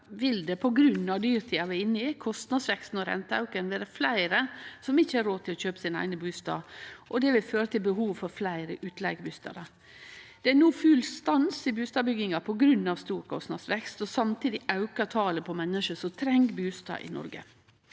vil det på grunn av dyrtida vi er inne i, kostnadsveksten og renteauken vere fleire som ikkje har råd til å kjøpe sin eigen bustad. Det vil føre til behov for fleire utleigebustader. Det er no full stans i bustadbygginga på grunn av stor kostnadsvekst, og samtidig aukar talet på menneske som treng ein bustad i Noreg.